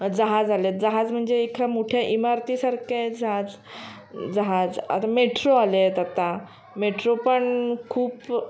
जहाज आलेत जहाज म्हणजे एखा मोठ्या इमारतीसारखे जहाज जहाज आता मेट्रो आले आहेत आता मेट्रो पण खूप